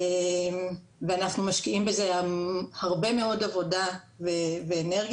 אנחנו משקיעים בזה הרבה מאוד עבודה ואנרגיה.